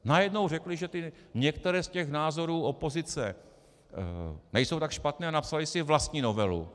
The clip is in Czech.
Najednou řekli, že některé z těch názorů opozice nejsou tak špatné, a napsali si vlastní novelu.